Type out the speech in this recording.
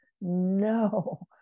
no